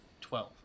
Twelve